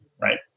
right